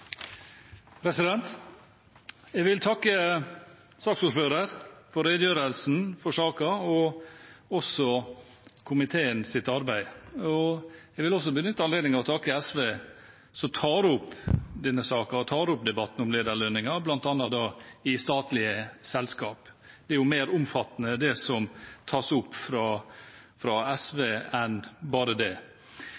Jeg vil takke saksordføreren for redegjørelsen av saken og komiteen for dens arbeid. Jeg vil også benytte anledningen til å takke SV, som tar opp denne saken, denne debatten, om lederlønninger, bl.a. i statlige selskap. Det er jo mer omfattende, det som tas opp fra SV, enn bare det.